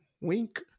Wink